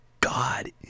God